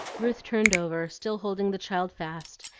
ruth turned over, still holding the child fast,